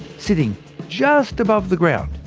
sitting just above the ground,